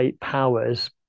powers